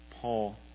Paul